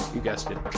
you guessed it,